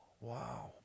Wow